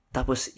Tapos